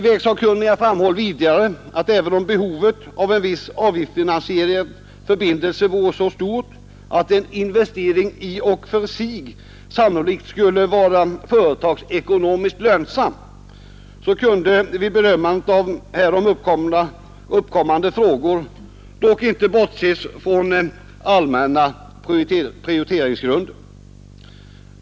Vägsakkunniga framhöll vidare att även om behovet av en viss avgiftsfinansierad förbindelse vore så stort att en investering i och för sig sannolikt skulle vara företagsekonomiskt lönsam kunde vid bedömandet av härvid uppkommande frågor dock inte bortses från allmänna prioriteringsgrunder.